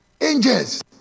angels